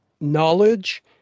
knowledge